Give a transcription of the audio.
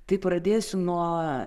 tai pradėsiu nuo